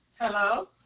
Hello